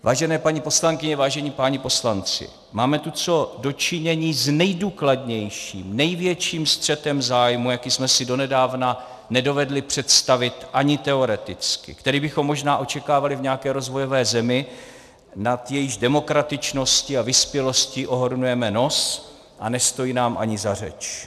Vážené paní poslankyně, vážení páni poslanci máme tu co do činění z nejdůkladnějším, největším střetem zájmu, jaký jsme si donedávna nedovedli představit ani teoreticky, který bychom možná očekávali v nějaké rozvojové zemi, nad jejíž demokratičnosti a vyspělosti ohrnujeme nos a nestojí nám ani za řeč.